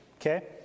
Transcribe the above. Okay